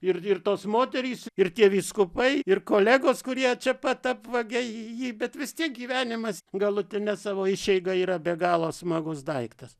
ir ir tos moterys ir tie vyskupai ir kolegos kurie čia pat apvagia jį bet vis tiek gyvenimas galutine savo išeiga yra be galo smagus daiktas